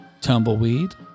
Tumbleweed